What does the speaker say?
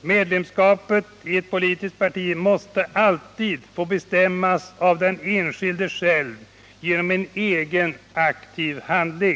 medlemskapet i ett politiskt parti måste Nr 43 alltid få bestämmas av den enskilde själv genom egen aktiv handling.